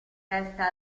resta